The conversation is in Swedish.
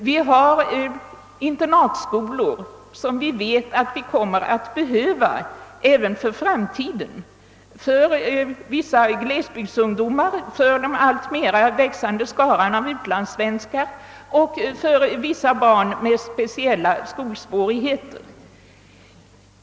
Vi har internatskolor som vi vet att vi kommer att behöva även i framtiden för vissa glesbygdsungdomar, för den alltmer växande skaran av barnen till utlandssvenskar och för vissa barn med speciella skolsvårigheter.